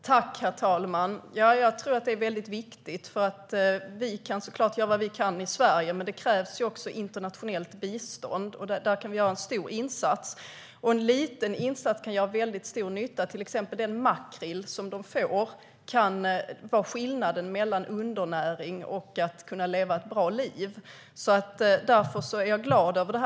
Herr talman! Jag tror att det är viktigt. Vi kan såklart göra vad vi kan i Sverige, men det krävs också internationellt bistånd. Där kan vi göra en stor insats. En liten insats kan också göra stor nytta. Till exempel kan den makrill som västsaharierna får vara skillnaden mellan undernäring och att kunna leva ett bra liv. Därför är jag glad över det.